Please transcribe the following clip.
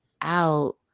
out